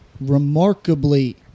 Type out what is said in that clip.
remarkably